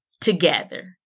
together